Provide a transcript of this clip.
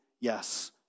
yes